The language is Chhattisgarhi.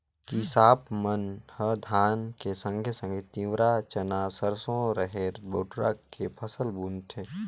किसाप मन ह धान के संघे संघे तिंवरा, चना, सरसो, रहेर, बटुरा के फसल बुनथें